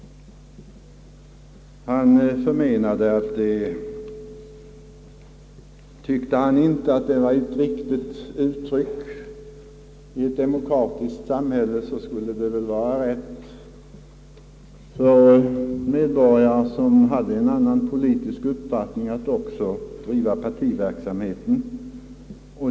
Detta var inte ett riktigt uttryck, förmenade han. I ett demokratiskt samhälle borde medborgare som har en avvikande politisk uppfattning också ha rätt att driva partiverksamhet.